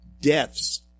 deaths